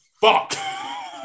fuck